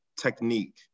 technique